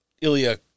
Ilya